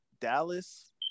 Dallas